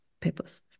papers